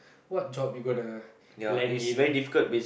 what job you gonna land in